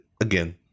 again